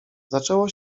zaczęło